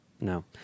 No